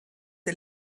der